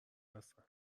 هستن